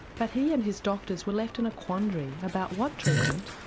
but he and his doctors were left in a quandary about what treatment,